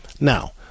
now